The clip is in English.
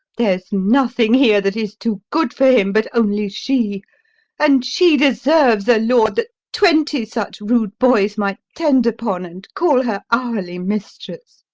there's nothing here that is too good for him but only she and she deserves a lord that twenty such rude boys might tend upon, and call her hourly mistress.